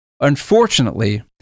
Unfortunately